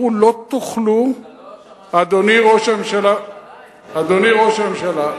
אדוני ראש הממשלה,